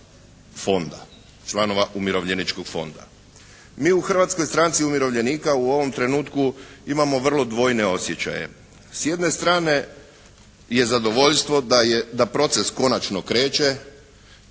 Mi u Hrvatskoj stranci umirovljenika u ovom trenutku imamo vrlo dvojne osjećaje. S jedne strane je zadovoljstvo da proces konačno kreće,